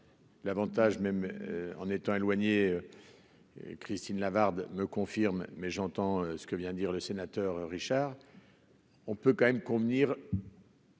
l'Avantage, même en étant éloigné Christine Lavarde ne confirme, mais j'entends ce que vient dire le sénateur Richard on peut quand même convenir.